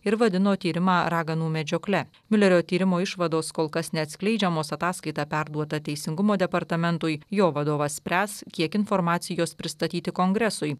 ir vadino tyrimą raganų medžiokle miulerio tyrimo išvados kol kas neatskleidžiamos ataskaita perduota teisingumo departamentui jo vadovas spręs kiek informacijos pristatyti kongresui